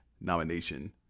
nomination